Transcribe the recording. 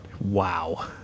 Wow